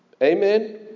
Amen